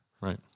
Right